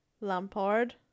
Lampard